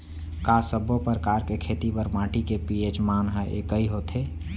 का सब्बो प्रकार के खेती बर माटी के पी.एच मान ह एकै होथे?